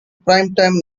primetime